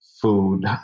food